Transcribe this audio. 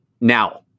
Now